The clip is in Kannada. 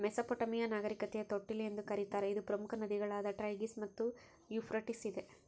ಮೆಸೊಪಟ್ಯಾಮಿಯಾ ನಾಗರಿಕತೆಯ ತೊಟ್ಟಿಲು ಎಂದು ಕರೀತಾರ ಇದು ಪ್ರಮುಖ ನದಿಗಳಾದ ಟೈಗ್ರಿಸ್ ಮತ್ತು ಯೂಫ್ರಟಿಸ್ ಇದೆ